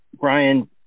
Brian